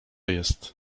jest